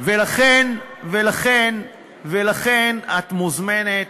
ולכן את מוזמנת,